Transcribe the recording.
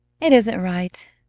it isn't right.